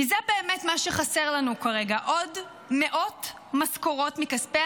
כי זה בעצם מה שחסר לנו כרגע עוד מאות משכורות מכספי